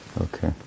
Okay